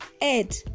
ed